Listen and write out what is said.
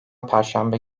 perşembe